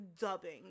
dubbing